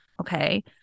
okay